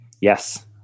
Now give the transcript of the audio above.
Yes